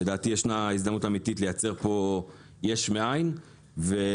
לדעתי ישנה הזדמנות אמיתית לייצר פה יש מאין ובעצם